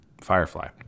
Firefly